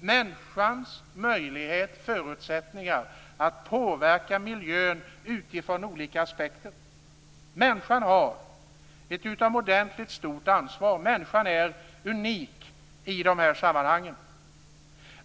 människans möjligheter och förutsättningar att påverka miljön utifrån olika aspekter. Människan har ett utomordentligt stort ansvar. Människan är unik i de här sammanhangen.